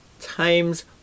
times